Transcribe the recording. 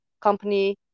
company